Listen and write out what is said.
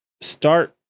start